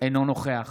אינו נוכח